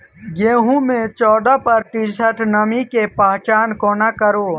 गेंहूँ मे चौदह प्रतिशत नमी केँ पहचान कोना करू?